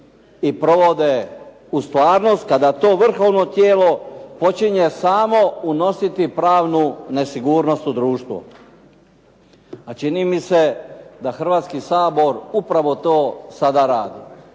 i provede u stvarnost, a da to vrhovno tijelo počinje samo unositi pravnu nesigurnost u društvu. A čini mi se da Hrvatski sabor upravo to sada radi.